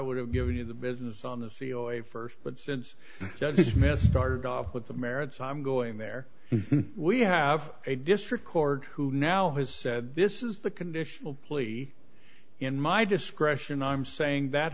would have given you the business on the c e o a st but since this myth started off with the merits i'm going there we have a district court who now has said this is the conditional plea in my discretion i'm saying that